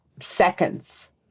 seconds